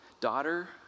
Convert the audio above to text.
Daughter